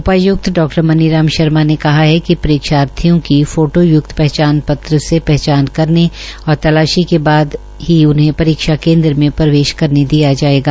उपाय्क्त डा मनी राम शर्मा ने कहा है कि परीक्षार्थियों की फाटो युक्त पहचान पत्र से पहचान करने और तलाशी के बाद ही उनहें परीक्षा केन्द्र में प्रवेश करने दिया ायेगा